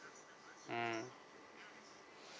mm